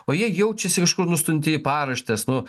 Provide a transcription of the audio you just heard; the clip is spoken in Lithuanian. o jie jaučiasi kažkur nustumti į paraštes nu